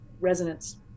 resonance